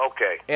Okay